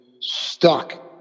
stuck